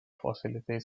facilitate